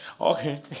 Okay